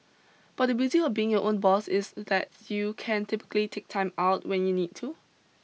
but the beauty of being your own boss is that you can typically take time out when you need to